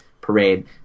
parade